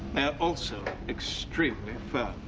also extremely firm.